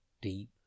deep